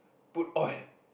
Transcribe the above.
put oil